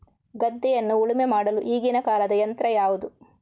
ಗದ್ದೆಯನ್ನು ಉಳುಮೆ ಮಾಡಲು ಈಗಿನ ಕಾಲದ ಯಂತ್ರ ಯಾವುದು?